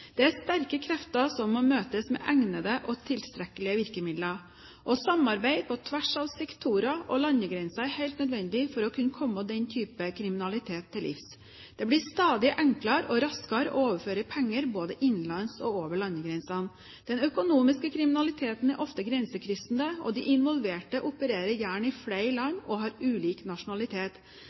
Det er sterke krefter, som må møtes med egnede og tilstrekkelige virkemidler. Samarbeid på tvers av sektorer og landegrenser er helt nødvendig for å kunne komme den typen kriminalitet til livs. Det blir stadig enklere og raskere å overføre penger både innenlands og over landegrensene. Den økonomiske kriminaliteten er ofte grensekryssende, og de involverte opererer gjerne i flere land og har ulik nasjonalitet.